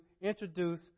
introduce